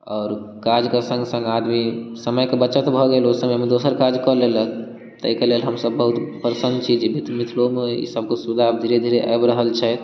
आओर काज के संग संग आदमी समय के बचत भऽ गेल ओ समय मे दोसर काज कऽ लेलक ताहिके लेल हमसब बहुत प्रसन्न छी जे मिथिलो मे इसब के सुविधा आब धीरे धीरे आबि रहल छै